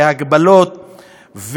וההגבלות,